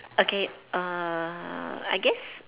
okay err I guess